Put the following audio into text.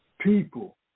people